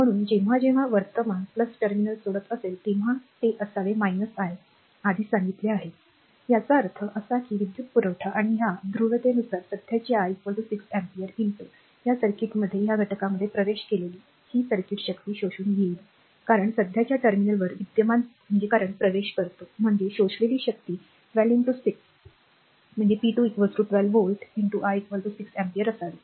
म्हणून जेव्हा जेव्हा वर्तमान टर्मिनल सोडत असेल तेव्हा ते असावे I आधी सांगितले याचा अर्थ असा की विद्युत पुरवठा आणि या ध्रुवीयतेनुसार सध्याचे I 6 एम्पीयर या सर्किटमध्ये या घटकामध्ये प्रवेश केल्याने ही सर्किट शक्ती शोषून घेईल कारण सध्याच्या टर्मिनलवर विद्यमान प्रवेश म्हणजे शोषलेली शक्ती 12 6 p 2 12 व्होल्ट I 6 अँपिअर असावी